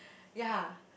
ya